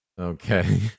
Okay